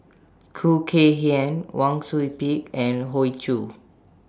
Khoo Kay Hian Wang Sui Pick and Hoey Choo